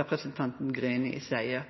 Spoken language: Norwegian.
representanten Greni sier,